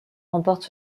remporte